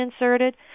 inserted